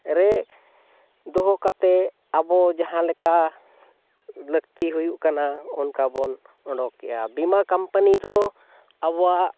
ᱨᱮ ᱫᱚᱦᱚ ᱠᱟᱛᱮᱫ ᱟᱵᱚ ᱡᱟᱦᱟᱸ ᱞᱮᱠᱟ ᱞᱟᱹᱠᱛᱤ ᱦᱩᱭᱩᱜ ᱠᱟᱱᱟ ᱚᱱᱠᱟ ᱵᱚᱱ ᱚᱰᱚᱠᱮᱜᱼᱟ ᱵᱤᱢᱟ ᱠᱳᱢᱯᱟᱱᱤ ᱫᱚ ᱟᱵᱚᱣᱟᱜ